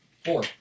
Four